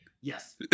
Yes